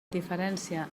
diferència